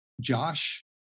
josh